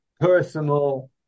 personal